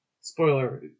spoiler